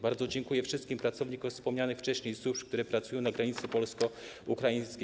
Bardzo dziękuję wszystkim pracownikom wspomnianych wcześniej służb, które pracują na granicy polsko-ukraińskiej.